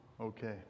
Okay